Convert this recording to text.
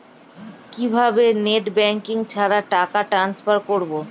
কিভাবে net banking ছাড়া টাকা টান্সফার করব?